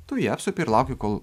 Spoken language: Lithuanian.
tu ją apsupi ir lauki kol